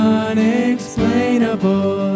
unexplainable